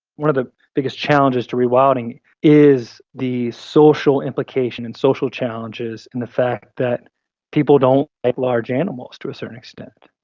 one of the biggest challenges to rewilding is the social implication and social challenges and fact that people don't like large animals, to a certain extent.